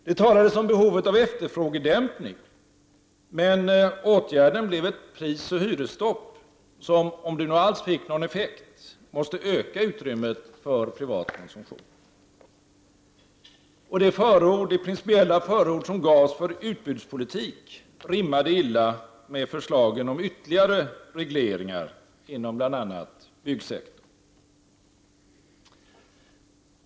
Det talades om behovet av efterfrågedämpning, men åtgärden blev ett prisoch hyresstopp som, om det nu alls fick någon effekt, måste öka utrymmet för privat konsumtion. Och det principiella förord som gavs för utbudspolitik rimmade illa med förslagen om ytterligare regleringar inom bl.a. byggsektorn.